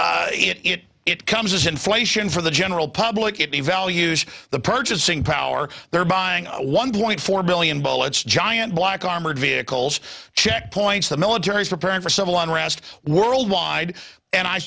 then it it comes as inflation for the general public it devalues the purchasing power they're buying one point four billion bullets giant black armored vehicles checkpoints the military is preparing for civil unrest worldwide and i